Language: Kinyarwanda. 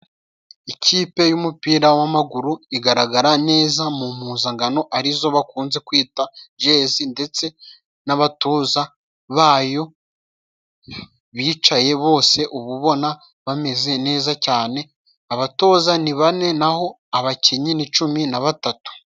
Ikipe y'umupira w'amaguru igaragara neza mu mpuzangano arizo bakunze kwita Jezi ndetse n'abatoza bayo bicaye bose, uba ubona bameze neza cyane, abatoza ni bane naho abakinnyi ni cumi naba batatu.